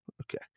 okay